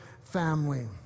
family